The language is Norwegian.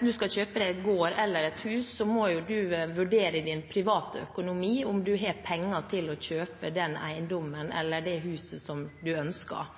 man skal kjøpe en gård eller et hus, må man vurdere sin privatøkonomi – om man har penger til å kjøpe den eiendommen eller det huset som man ønsker.